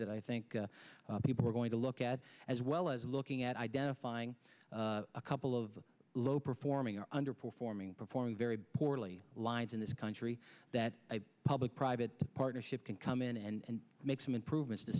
that i think people are going to look at as well as looking at identifying a couple of low performing underperforming performing very poorly lines in this country that public private partnership can come in and make some improvements to